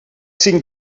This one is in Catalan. cinc